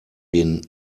den